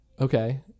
Okay